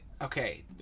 Okay